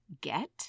get